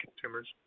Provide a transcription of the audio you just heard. consumers